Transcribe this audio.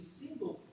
single